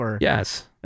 yes